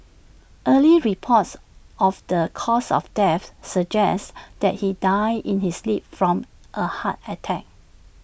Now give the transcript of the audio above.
early reports of the cause of death suggests that he died in his sleep from A heart attack